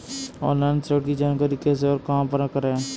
Online ऋण की जानकारी कैसे और कहां पर करें?